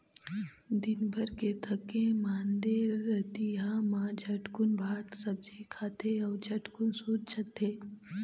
दिनभर के थके मांदे रतिहा मा झटकुन भात सब्जी खाथे अउ झटकुन सूत जाथे